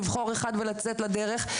לבחור אחד ולצאת לדרך,